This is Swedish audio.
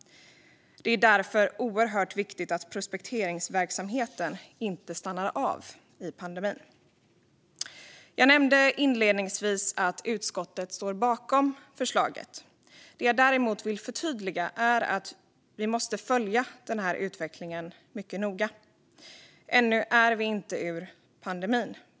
Det är därför oerhört viktigt att prospekteringsverksamheten inte stannar av under pandemin. Jag nämnde inledningsvis att utskottet står bakom förslaget. Men jag vill förtydliga att vi måste följa utvecklingen mycket noga. Ännu är vi inte ur pandemin.